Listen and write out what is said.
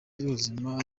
y’ubuzima